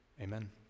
Amen